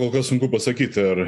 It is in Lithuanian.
kol kas sunku pasakyti ar